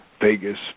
Vegas